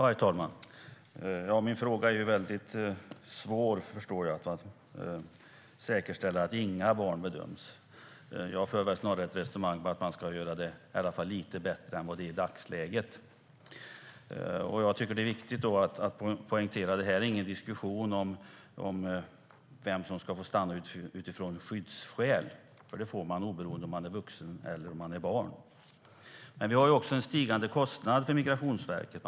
Herr talman! Min fråga är väldigt svår, förstår jag. Man kan inte säkerställa att inga bedöms fel. Jag för väl snarare ett resonemang om att man i alla fall ska göra det lite bättre än vad det är i dagsläget. Det är viktigt att poängtera att det här inte är någon diskussion om vem som ska få stanna utifrån skyddsskäl, för det får man oberoende av om man är vuxen eller barn. Men vi har en stigande kostnad för Migrationsverket.